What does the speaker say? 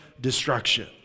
destruction